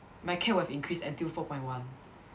my CAP will increase until four point one